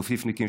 צופיפניקים,